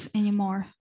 anymore